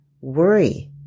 worry